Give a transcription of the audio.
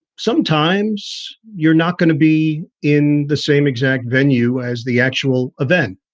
sometimes you're not going to be in the same exact venue as the actual event.